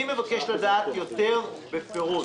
אני מבקש לדעת יותר בפירוט.